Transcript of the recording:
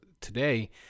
today